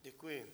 Děkuji.